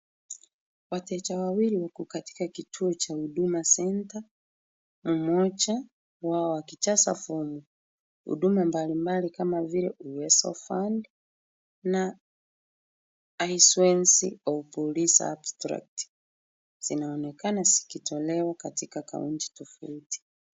Wateja wawili wako katika kituo cha HUDUMA CENTER, mmoja wao akijaza fomu. Huduma mbalimbali kama UWEZO FUND na Insurance of Police Abstract, zinaonekana zikitolewa katika kaunti tofauti.